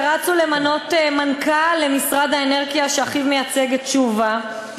ורצו למנות מנכ"ל למשרד האנרגיה שאחיו מייצג את תשובה,